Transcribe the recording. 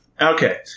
okay